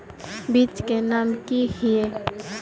बीज के नाम की हिये?